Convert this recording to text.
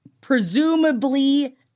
presumably